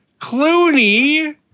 Clooney